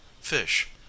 fish